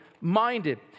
minded